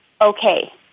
okay